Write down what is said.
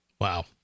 Wow